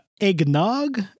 eggnog